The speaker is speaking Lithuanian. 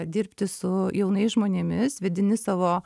dirbti su jaunais žmonėmis vedini savo